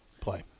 Play